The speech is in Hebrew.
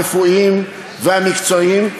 הרפואיים והמקצועיים,